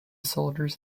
soldiers